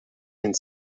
and